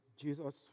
Jesus